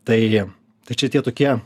tai čia tie tokie